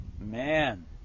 Man